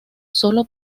sólo